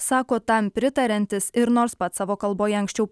sako tam pritariantis ir nors pats savo kalboje anksčiau